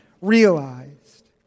realized